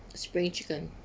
spring chicken